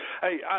Hey